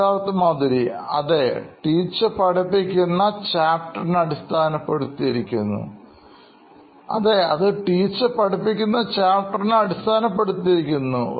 Siddharth Maturi CEO Knoin Electronics അതെ teacher പഠിപ്പിക്കുന്ന ചാപ്റ്ററിന്അടിസ്ഥാനപ്പെടുത്തി ഇരിക്കുന്നു